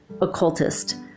occultist